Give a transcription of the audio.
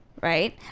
right